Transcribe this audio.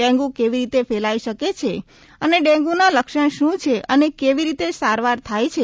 ડેંગ્ર કેવી રીતે ફેલાઈ શકે છે અને ડેંગુના લક્ષણ શુ છે અને કેવી રિતે સારવાર થાય છે